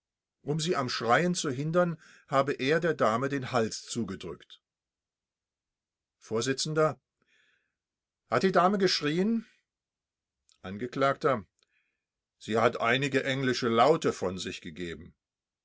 um sie am schreien zu hindern habe er der dame den hals zugedrückt vors hat die dame geschrien angekl sie hat einige englische laute von sich gegeben